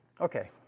Okay